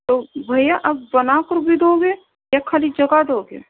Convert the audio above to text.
تو بھیا آپ بنا کر بھی دو گے یا خالی جگہ دو گے